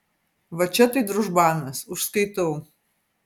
va čia tai družbanas užskaitau